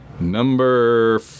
Number